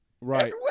Right